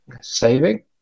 Saving